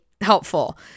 helpful